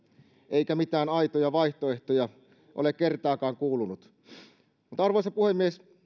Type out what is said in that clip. eikä mitään aitoja vaihtoehtoja ole kertaakaan kuulunut arvoisa puhemies